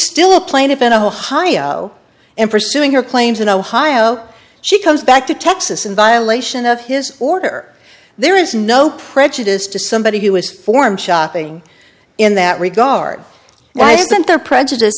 still a plaintiff in ohio in pursuing her claims in ohio she comes back to texas in violation of his order there is no prejudice to somebody who is form shopping in that regard why isn't there prejudice